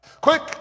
Quick